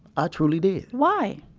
ah truly did why?